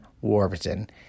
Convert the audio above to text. Warburton